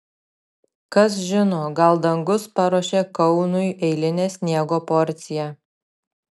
kas žino gal dangus paruošė kaunui eilinę sniego porciją